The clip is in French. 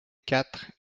quatre